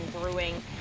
brewing